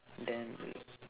then